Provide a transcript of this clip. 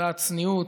באותה צניעות.